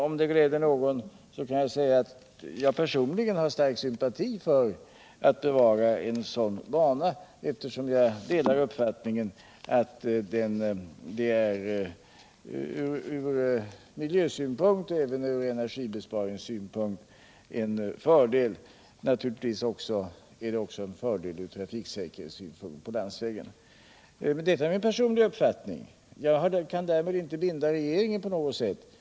Om det gläder någon, kan jag säga att jag personligen har stark sympati för att man skall bevara en sådan bana, eftersom jag delar uppfattningen att det från miljösynpunkt och även från energibesparingssynpunkt är en fördel. Givetvis är det också en fördel för trafiksäkerheten på landsvägen. Detta är min personliga uppfattning. Jag kan därmed inte binda regeringen på något sätt.